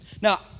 Now